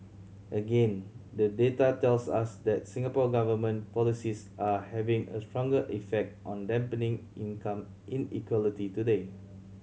again the data tells us that Singapore Government policies are having a stronger effect on dampening income inequality today